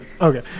Okay